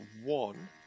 One